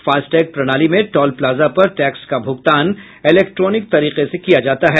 FASTag प्रणाली में toll plaza पर टैक्स का भुगतान इलेक्ट्रॉनिक तरीके से किया जाता है